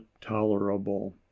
tolerable